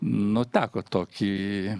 nutapo tokį